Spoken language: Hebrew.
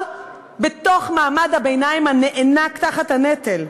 בתוך מעמד הביניים הנאנק תחת הנטל.